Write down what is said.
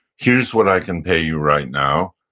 here's what i can pay you right now,